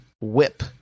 Whip